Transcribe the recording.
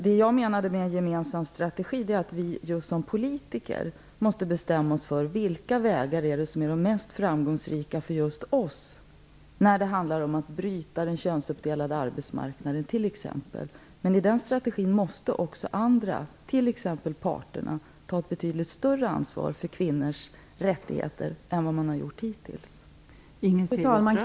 Det jag menar med en gemensam strategi är att vi som politiker måste bestämma oss för vilka metoder som är mest framgångsrika för just oss vad gäller att t.ex. bryta den könsuppdelade arbetsmarknaden. I den strategin måste också andra, t.ex. parterna, ta ett betydligt större ansvar än hittills för kvinnors rättigheter.